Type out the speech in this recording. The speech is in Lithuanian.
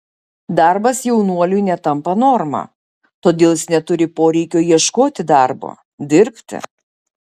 darbas jaunuoliui netampa norma todėl jis neturi poreikio ieškoti darbo dirbti